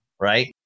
right